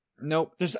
Nope